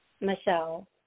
Michelle